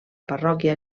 parròquia